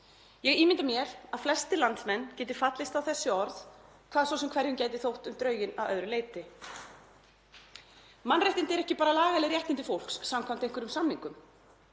Ég ímynda mér að flestir landsmenn geti fallist á þessi orð, hvað svo sem hverjum gæti þótt um drögin að öðru leyti. Mannréttindi eru ekki bara lagaleg réttindi fólks samkvæmt einhverjum samningum,